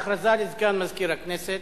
הכרזה לסגן מזכירת הכנסת.